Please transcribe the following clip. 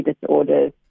disorders